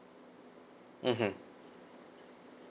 mmhmm